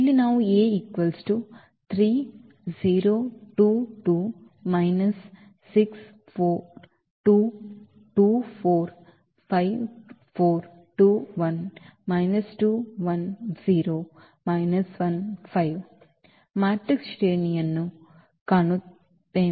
ಇಲ್ಲಿ ನಾವು ಮ್ಯಾಟ್ರಿಕ್ಸ್ ಶ್ರೇಣಿಯನ್ನು ಕಾಣುತ್ತೇವೆ